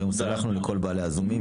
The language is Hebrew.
היום סלחנו לכל בעלי הזומים,